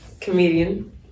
comedian